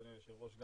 אדוני היושב ראש,